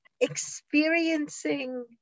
experiencing